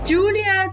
Julia